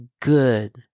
good